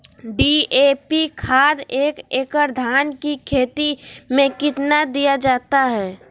DAP खाद एक एकड़ धान की खेती में कितना दीया जाता है?